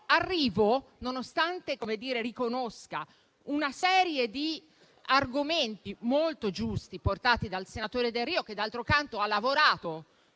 maggiore. Riconosco una serie di argomenti molto giusti portati dal senatore Delrio, che d'altro canto ha lavorato